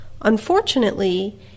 Unfortunately